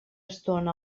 estona